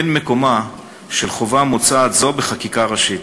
אין מקומה של חובה מוצעת זו בחקיקה ראשית.